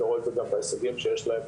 יש אלפי מרצים ישראלים בעולם,